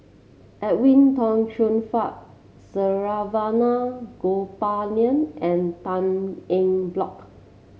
Edwin Tong Chun Fai Saravanan Gopinathan and Tan Eng Bock